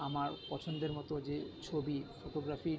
আমার পছন্দের মতো যে ছবি ফোটোগ্রাফি